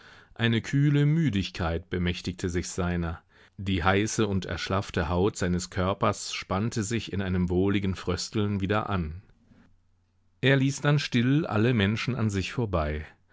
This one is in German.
eine kühle müdigkeit bemächtigte sich seiner die heiße und erschlaffte haut seines körpers spannte sich in einem wohligen frösteln wieder an er ließ dann still alle menschen an sich vorbei